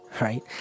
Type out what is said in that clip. right